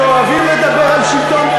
כשאוהבים לדבר על שלטון,